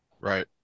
Right